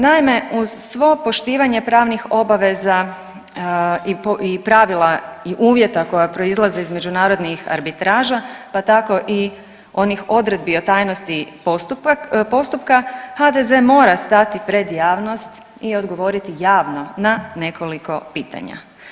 Naime, uz svo poštivanje pravnih obaveza i pravila i uvjeta koji proizlaze iz međunarodnih arbitraža, pa tako i onih odredbi o tajnosti postupka HDZ mora stati pred javnost i odgovoriti javno na nekoliko pitanja.